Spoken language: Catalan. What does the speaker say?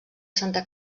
santa